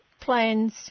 plans